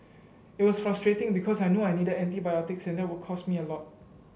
it was frustrating because I knew I needed antibiotics and that would cost me a lot